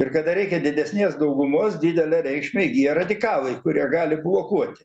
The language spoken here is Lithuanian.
ir kada reikia didesnės daugumos didelę reikšmę įgyja radikalai kurie gali blokuoti